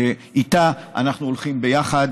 איתה אנחנו הולכים ביחד,